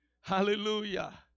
Hallelujah